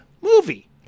movie